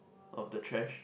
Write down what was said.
of the trash